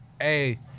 Hey